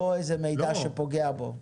לא איזה מידע שפוגע בו.